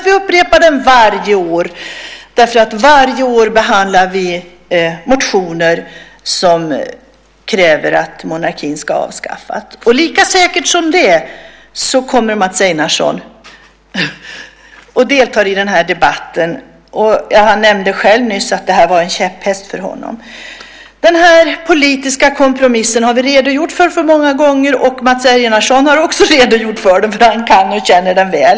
Vi upprepar det varje år, för varje år behandlar vi motioner som kräver att monarkin ska avskaffas. Lika säkert kommer Mats Einarsson och deltar i den debatten - han nämnde ju själv nyss att detta är en käpphäst för honom. Vi har många gånger redogjort för denna politiska kompromiss. Mats Einarsson har också redogjort för den, för han kan och känner den väl.